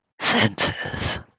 senses